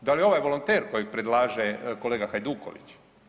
Da li ovaj volonter kojeg predlaže kolega Hajduković?